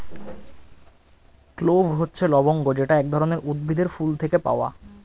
clove হচ্ছে লবঙ্গ যেটা এক ধরনের উদ্ভিদের ফুল থেকে পাওয়া